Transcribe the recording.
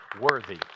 worthy